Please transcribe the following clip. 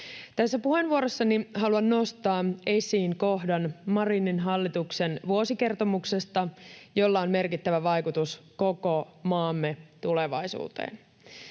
Tässä puheenvuorossani haluan nostaa Marinin hallituksen vuosikertomuksesta esiin kohdan, jolla on merkittävä vaikutus koko maamme tulevaisuuteen.